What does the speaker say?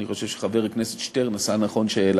אני חושב שחבר הכנסת שטרן עשה נכון כשהעלה